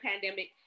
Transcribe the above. pandemic